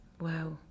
wow